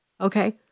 Okay